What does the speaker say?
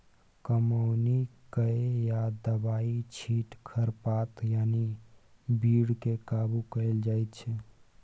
कमौनी कए या दबाइ छीट खरपात यानी बीड केँ काबु कएल जाइत छै